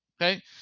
okay